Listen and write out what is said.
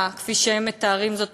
כפי שהם מתארים זאת,